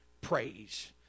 praise